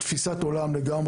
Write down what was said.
גם בהיבטי טכנולוגיה.